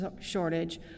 shortage